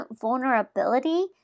vulnerability